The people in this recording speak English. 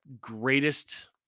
greatest